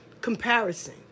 Comparison